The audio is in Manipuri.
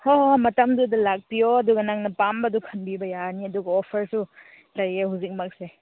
ꯍꯣ ꯍꯣꯏ ꯃꯇꯝꯗꯨꯗ ꯂꯥꯛꯄꯤꯌꯣ ꯑꯗꯨꯒ ꯅꯪꯅ ꯄꯥꯝꯕꯗꯣ ꯈꯟꯕꯤꯕ ꯌꯥꯅꯤ ꯑꯗꯨꯒ ꯑꯣꯐꯔꯁꯨ ꯂꯩꯌꯦ ꯍꯧꯖꯤꯛꯃꯛꯁꯦ